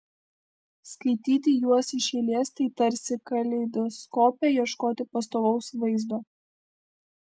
skaityti juos iš eilės tai tarsi kaleidoskope ieškoti pastovaus vaizdo